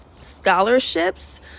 scholarships